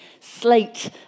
slate